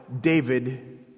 David